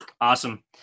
Awesome